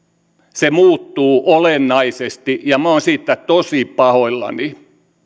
se muuttuu olennaisesti ja minä olen siitä tosi pahoillani